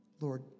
Lord